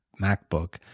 MacBook